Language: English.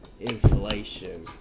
Inflation